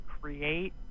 create